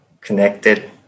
connected